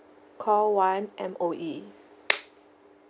call one M_O_E